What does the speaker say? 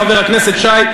חבר הכנסת שי,